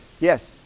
Yes